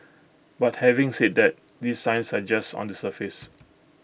but having said that these signs are just on the surface